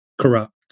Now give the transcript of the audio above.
corrupt